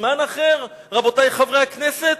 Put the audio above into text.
מזמן אחר, רבותי חברי הכנסת?